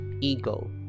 ego